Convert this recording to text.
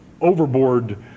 overboard